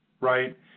right